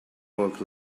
work